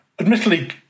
Admittedly